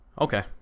Okay